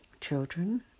Children